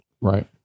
right